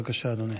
אדוני.